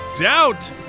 Doubt